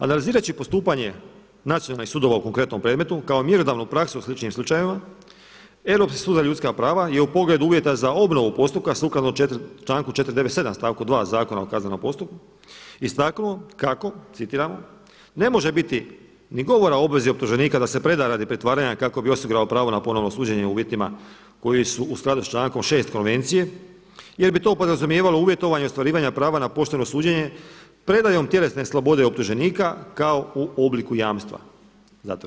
Analizirajući postupanje nacionalnih sudova u konkretnom predmetu kao mjerodavnu praksu u sličnim slučajevima Europski sud za ljudska prava je u pogledu uvjeta za obnovu postupku sukladno članku 497. stavku 2. Zakona o kaznenom postupku istaknu kako citiram „ne može biti ni govora o obvezi optuženika da se preda radi pritvaranja kako bi osigurao pravo na ponovno suđenje u uvjetima koji su u skladu s člankom 6. Konvencije jer bi to podrazumijevalo uvjetovanje ostvarivanja prava na pošteno suđenje predajom tjelesne slobode optuženika kao u obliku jamstva“